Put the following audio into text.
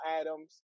Adams